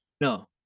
No